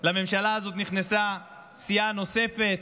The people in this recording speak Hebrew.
לממשלה הזאת נכנסה סיעה נוספת.